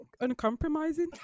uncompromising